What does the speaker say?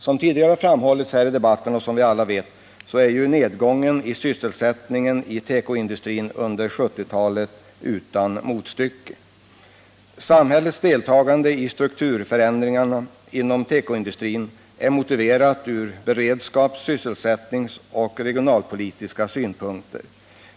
Som tidigare har framhållits i debatten är, som alla vet, nedgången i sysselsättningen inom tekoindustrin under 1970-talet utan motstycke. Samhällets deltagande i strukturförändringarna inom tekoindustrin är motiverat från beredskaps-, sysselsättningsoch regionalpolitisk synpunkt.